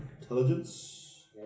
intelligence